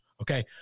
okay